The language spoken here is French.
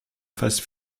phase